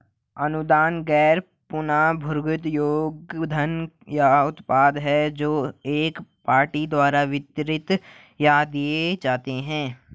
अनुदान गैर पुनर्भुगतान योग्य धन या उत्पाद हैं जो एक पार्टी द्वारा वितरित या दिए जाते हैं